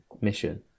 mission